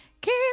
keep